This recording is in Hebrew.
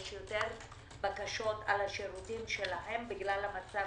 יש יותר בקשות על השירותים שלהם בגלל המצב